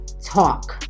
Talk